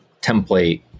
template